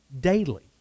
daily